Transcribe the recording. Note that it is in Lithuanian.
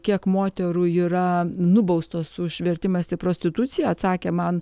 kiek moterų yra nubaustos už vertimąsi prostitucija atsakė man